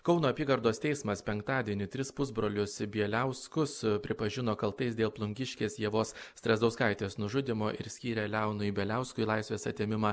kauno apygardos teismas penktadienį tris pusbrolius bieliauskus pripažino kaltais dėl plungiškės ievos strazdauskaitės nužudymo ir skyrė leonui bieliauskui laisvės atėmimą